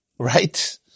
Right